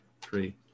Three